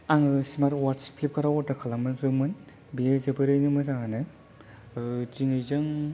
आङो smart watch Flipkart आव order खालामहरदोंमोन बियो जोबोरैनो मोजाङानो दिनैजों